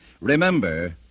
Remember